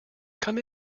come